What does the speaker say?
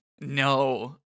No